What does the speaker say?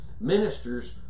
ministers